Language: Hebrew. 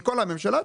מכל הממשלה,